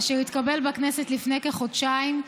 אשר התקבל בכנסת לפני כחודשיים,